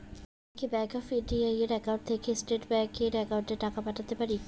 আমি কি bank of India এর একাউন্ট থেকে স্টেট ব্যাংক এর একাউন্টে টাকা পাঠাতে পারি?